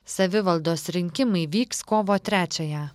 savivaldos rinkimai vyks kovo trečiąją